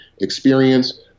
experience